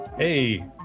Hey